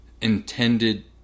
intended